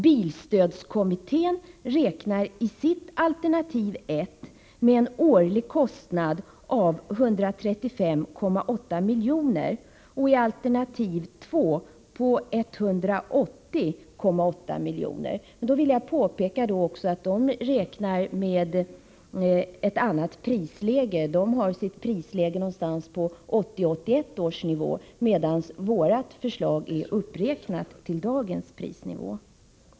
Bilstödskommittén räknar i sitt alternativ 1 med en årlig kostnad av 135,8 miljoner och i alternativ 2 med 180,8 miljoner. I det sammanhanget vill jag påpeka att man räknar med ett annat prisläge än vi gör. Man räknar med ett prisläge som ligger någonstans på 1980 eller 1981 års nivå, medan vi har gjort en uppräkning till dagens prisnivå.